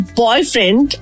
boyfriend